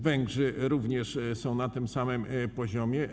Węgrzy również są na tym samy poziome.